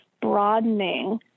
broadening